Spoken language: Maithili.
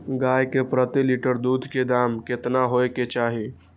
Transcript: गाय के प्रति लीटर दूध के दाम केतना होय के चाही?